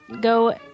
go